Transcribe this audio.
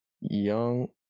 Young